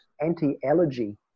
anti-allergy